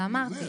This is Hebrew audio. ואמרתי,